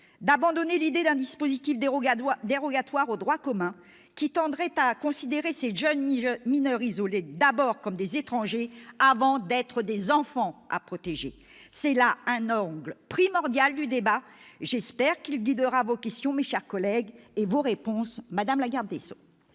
d'abandonner l'idée d'un dispositif dérogatoire au droit commun qui tendrait à considérer ces jeunes mineurs isolés d'abord comme des étrangers avant d'être des enfants à protéger. C'est là un angle primordial du débat ; j'espère qu'il guidera vos questions, mes chers collègues, et vos réponses, madame la garde des sceaux.